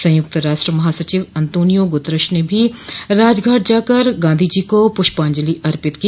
संयुक्त राष्ट्र महासचिव अंतोनियो गुतरश ने भी राजघाट जाकर गांधी जी को पुष्पांजलि अर्पित की